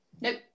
nope